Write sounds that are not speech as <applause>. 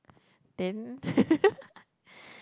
then <laughs>